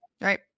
right